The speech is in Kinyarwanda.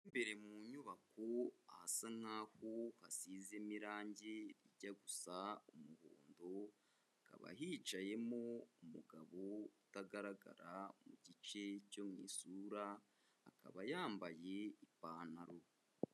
Imbere mu nyubako ahasa nk'aho hasizemo irangi rijya gusa umuhondo, hakaba hicayemo umugabo utagaragara mu gice cyo mu isura, akaba yambaye ipantaro.